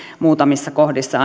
muutamissa kohdissa